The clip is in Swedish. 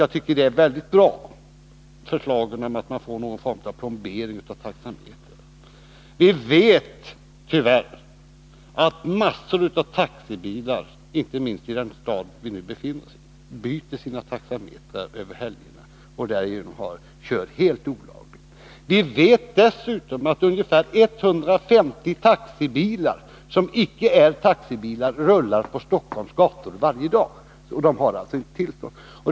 Jag tycker att det är ett väldigt bra förslag att ordna någon form av plombering av taxametern. Vi vet att tyvärr massor av taxibilar, inte minst i den stad vi nu befinner oss i, byter sina taxametrar över helgerna och därigenom kör helt olagligt. Vi vet dessutom att ungefär 150 taxibilar, som egentligen icke är taxibilar, rullar på Stockholms gator varje dag. De har alltså inte tillstånd.